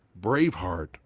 Braveheart